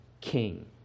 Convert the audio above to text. king